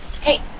Hey